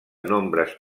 nombres